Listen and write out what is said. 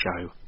show